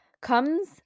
comes